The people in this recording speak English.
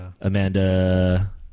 Amanda